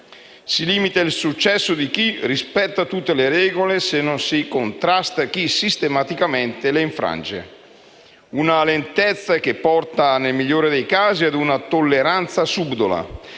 Si limita il successo di chi rispetta tutte le regole se non si contrasta chi sistematicamente le infrange; una lentezza che, nel migliore dei casi, porta a una tolleranza subdola